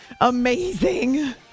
amazing